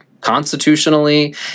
constitutionally